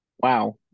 wow